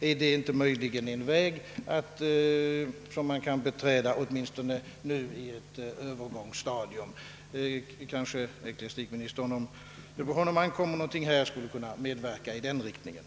är det inte möjligen en väg som kan beträdas åtminstone under en Öövergångstid? Ecklesiastikministern skulle kanske kunna medverka till en sådan lösning.